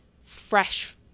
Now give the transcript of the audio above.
fresh